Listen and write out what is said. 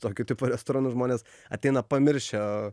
tokio tipo restoranus žmonės ateina pamiršę